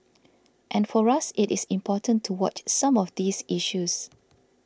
and for us it is important to watch some of these issues